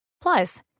Plus